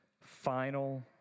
final